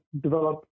develop